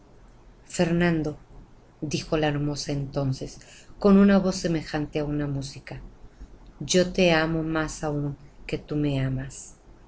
fernando dijo la hermosa entonces con una voz semejante á una música yo te amo más aún que tú me amas